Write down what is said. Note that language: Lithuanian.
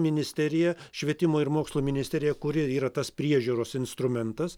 ministerija švietimo ir mokslo ministerija kuri yra tas priežiūros instrumentas